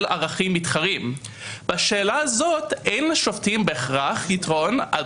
ערכים מתחרים ובשאלה הזאת אין לשופטים בהכרח יתרון על